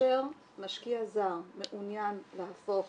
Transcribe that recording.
כאשר משקיע זר מעוניין להפוך